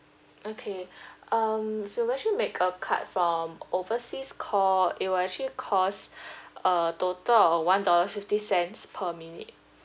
okay um you've mention make a card from overseas call it will actually cost a total of one dollar fifty cents per minute